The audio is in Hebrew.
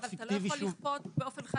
אבל אתה לא יכול לכפות באופן חד צדדי.